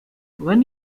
when